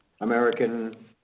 American